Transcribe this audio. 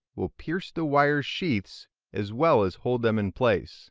will pierce the wires sheaths as well as hold them in place